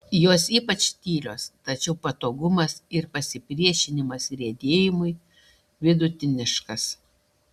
jos ypač tylios tačiau patogumas ir pasipriešinimas riedėjimui vidutiniškas